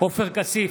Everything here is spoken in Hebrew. עופר כסיף,